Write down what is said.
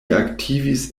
aktivis